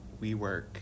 WeWork